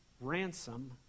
ransom